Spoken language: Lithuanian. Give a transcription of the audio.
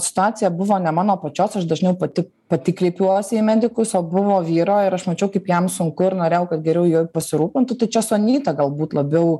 situacija buvo ne mano pačios aš dažniau pati pati kreipiuosi į medikus o buvo vyro ir aš mačiau kaip jam sunku ir norėjau kad geriau juo pasirūpintų čia su anyta galbūt labiau